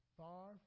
far